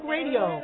Radio